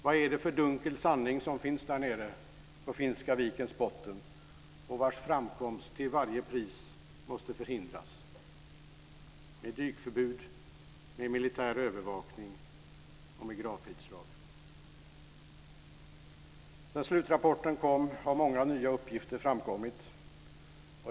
Vad är det för en dunkel sanning som finns där nere på Finska vikens botten och vars framkomst till varje pris måste förhindras med dykförbud, med militär övervakning och med gravfridslag? Sedan slutrapporten kom har många nya uppgifter framkommit.